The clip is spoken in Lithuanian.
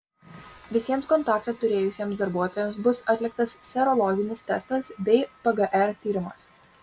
visiems kontaktą turėjusiems darbuotojams bus atliktas serologinis testas bei pgr tyrimas